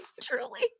Truly